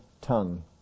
tongue